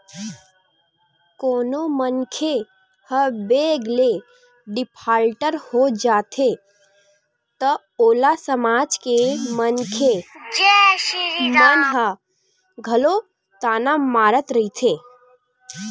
कोनो मनखे ह बेंक ले डिफाल्टर हो जाथे त ओला समाज के मनखे मन ह घलो ताना मारत रहिथे